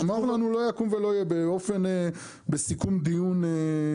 הוא אמר לנו לא יקום ולא יהיה בסיכום דיון רשמי.